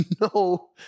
no